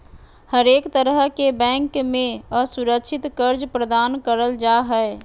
हरेक तरह के बैंक मे असुरक्षित कर्ज प्रदान करल जा हय